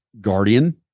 Guardian